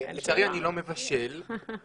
לצערי אני לא מבשל,